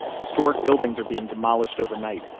historic buildings are being demolished overnight.